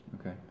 okay